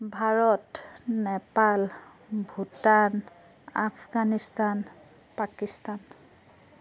Bharat Nepal Bhutan Afghanistan Pakistan